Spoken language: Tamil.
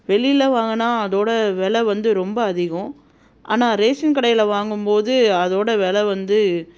வெளியில் வாங்குனால் அதோடய வில வந்து ரொம்ப அதிகம் ஆனால் ரேஷன் கடையில் வாங்கும் போது அதோடய வில வந்து